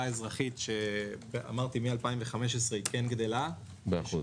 אזרחית שמ-2015 היא כן גדלה -- באחוז.